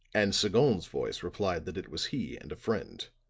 and sagon's voice replied that it was he and a friend.